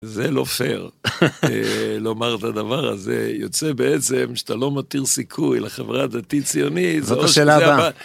זה לא פייר לומר את הדבר הזה, יוצא בעצם שאתה לא מותיר סיכוי לחברת דתי ציונית, זאת השאלה הבאה.